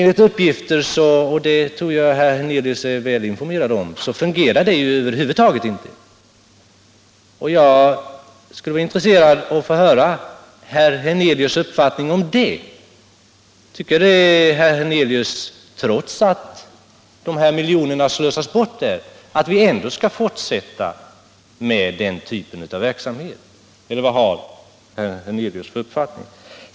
Enligt de uppgifter jag har — och jag tror att också herr Hernelius är väl informerad om detta — fungerar det över huvud taget inte. Jag skulle vara intresserad av att höra herr Hernelius uppfattning om det. Tycker herr Hernelius att vi, trots att miljoner slösas bort där, ändå skall fortsätta med den typen av verksamhet, eller vad har herr Hernelius för uppfattning?